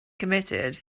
committed